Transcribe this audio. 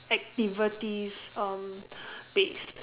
activities um based